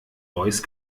voice